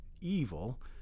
evil